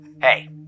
Hey